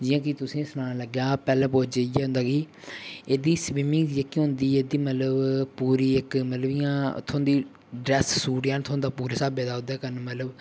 जि'यां कि तुसेंगी सनाना लग्गेआ पैह्ले बोच इ'यै होंदा कि एह्दी स्वीमिंग जेह्की होंदी एह्दी मतलब पूरी इक मतलब इ'यां थ्होंदी ड्रेस सूट जेहा थ्होंदा पूरे स्हाबै दा ओह्दे कन्नै मतलब